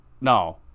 no